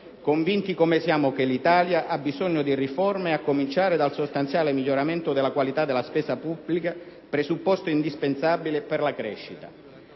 convinti come siamo che l'Italia ha bisogno di riforme a cominciare dal sostanziale miglioramento della qualità della spesa pubblica, presupposto indispensabile per la crescita.